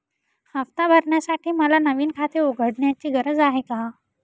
हफ्ता भरण्यासाठी मला नवीन खाते उघडण्याची गरज आहे का?